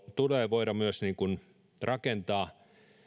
tulee voida myös rakentaa